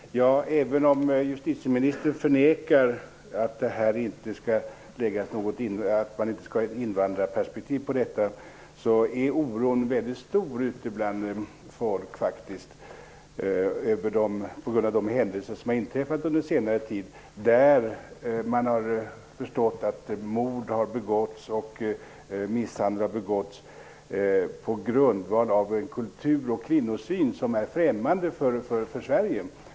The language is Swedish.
Herr talman! Även om justitieministern förnekar att det finns ett invandrarperspektiv är oron bland folk faktiskt väldigt stor på grund av det som har inträffat under senare tid. Man har förstått att mord och misshandel har begåtts på grundval av en kultur och kvinnosyn som är främmande för oss i Sverige.